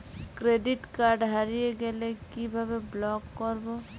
Credit card হারিয়ে গেলে কি ভাবে ব্লক করবো?